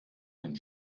den